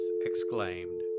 exclaimed